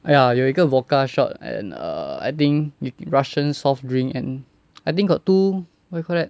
ya 有一个 vodka shot and err I think russian soft drink and I think got two what you call that